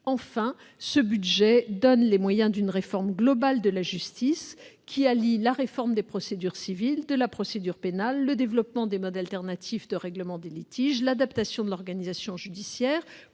Enfin, ce budget donne les moyens d'une réforme globale de la justice alliant réformes des procédures civiles et de la procédure pénale, développement des modes alternatifs de règlement des litiges, adaptation de l'organisation judiciaire